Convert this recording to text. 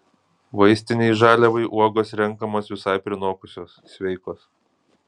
vaistinei žaliavai uogos renkamos visai prinokusios sveikos